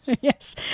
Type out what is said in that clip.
yes